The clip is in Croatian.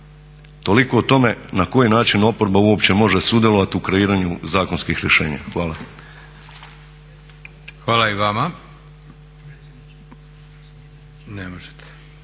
Toliko o tome na koji način oporba uopće može sudjelovati u kreiranju zakonskih rješenja. Hvala. **Leko, Josip